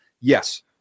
Yes